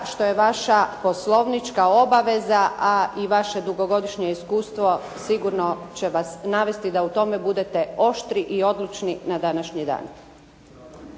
što je vaša poslovnička obaveza, a i vaše dugogodišnje iskustvo sigurno će vas navesti da u tome budete oštri i odlučni na današnji dan.